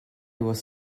was